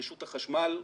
ברשות החשמל,